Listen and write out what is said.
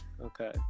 Okay